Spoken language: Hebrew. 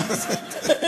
הכול מתחיל בנושא של